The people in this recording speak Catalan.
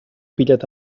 pillet